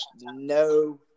no